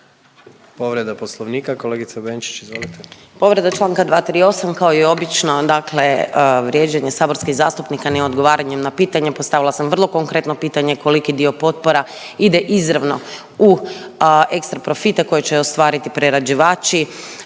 Povreda Poslovnika, kolegica Benčić izvolite. **Benčić, Sandra (Možemo!)** Povreda čl. 238. kao i obično dakle vrijeđanje saborskih zastupnika neodgovaranjem na pitanje. Postavila sam vrlo konkretno pitanje, koliki dio potpora ide izravno u ekstra profite koje će ostvariti prerađivači.